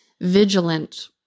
vigilant